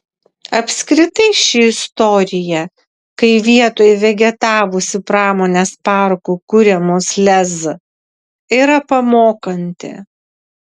apskritai ši istorija kai vietoj vegetavusių pramonės parkų kuriamos lez yra pamokanti